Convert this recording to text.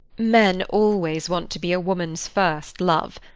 men always want to be a woman's first love.